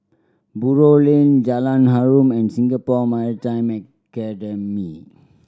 Buroh Lane Jalan Harum and Singapore Maritime Academy